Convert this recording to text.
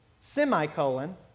semicolon